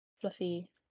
fluffy